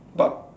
but~